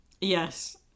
Yes